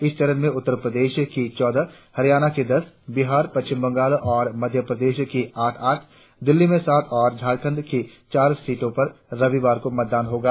इस चरण में उत्तर प्रदेश की चौदह हरियाणा की दस बिहार पश्चिम बंगाल और मध्य प्रदेश की आठ आठ दिल्ली की सात और झारखंड की चार सीटों पर रविवार को मतदान होगा